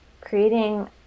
creating